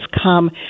come